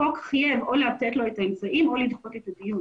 החוק חייב או לתת לו את האמצעים או לדחות את הדיון.